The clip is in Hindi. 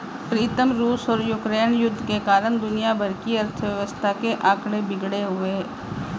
प्रीतम रूस और यूक्रेन युद्ध के कारण दुनिया भर की अर्थव्यवस्था के आंकड़े बिगड़े हुए